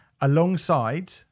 alongside